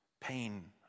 pain